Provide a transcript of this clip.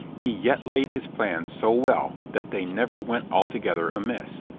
he yet laid his plans so well that they never went altogether amiss.